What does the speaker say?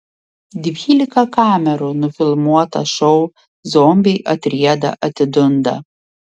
dvylika kamerų nufilmuotą šou zombiai atrieda atidunda